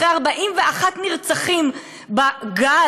אחרי 41 נרצחים בגל,